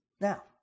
Now